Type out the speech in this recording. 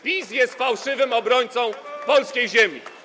PiS jest fałszywym obrońcą polskiej ziemi.